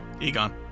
Egon